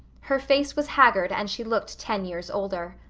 her face was haggard and she looked ten years older.